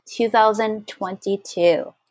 2022